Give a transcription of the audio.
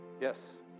Yes